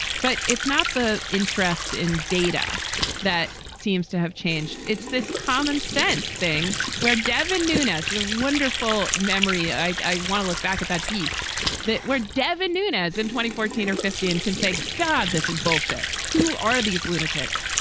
but it's not the interest in data that seems to have changed. it's this common sense thing where devin the wonderful memory. i want to look back at that piece that where devin nunez in twenty, fourteen or fifteen can say, god, this is bullshit. who are these lunatics?